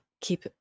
keep